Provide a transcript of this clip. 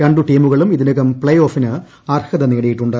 രണ്ടു ടീമുകളും ഇതിനകം പ്ലേ ഓഫിന് അർഹത നേടിയിട്ടുണ്ട്